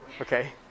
Okay